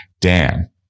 Dan